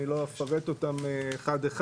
אני לא אפרט אותם אחד אחד.